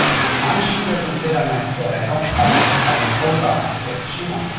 if my shoe doesn't fit on my foot, i don't call my cut my toes off to fit the shoe on.